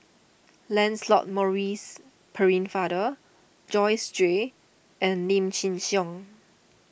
Lancelot Maurice Pennefather Joyce Jue and Lim Chin Siong